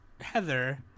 Heather